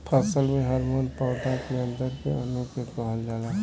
फसल में हॉर्मोन पौधा के अंदर के अणु के कहल जाला